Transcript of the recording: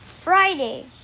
Friday